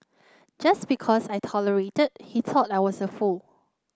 just because I tolerated he thought I was a fool